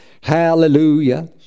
Hallelujah